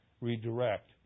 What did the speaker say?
redirect